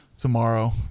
tomorrow